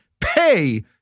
pay